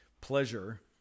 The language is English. pleasure